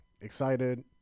excited